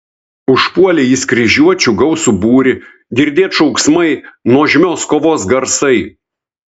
užpuolė jis kryžiuočių gausų būrį girdėt šauksmai nuožmios kovos garsai